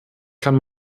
kann